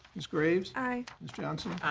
ms. graves. aye. ms. johnson.